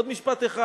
עוד משפט אחד.